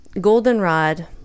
Goldenrod